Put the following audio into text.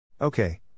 Okay